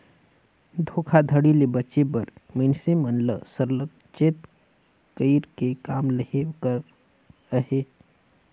धोखाघड़ी ले बाचे बर मइनसे मन ल सरलग चेत कइर के काम लेहे कर अहे